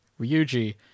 Ryuji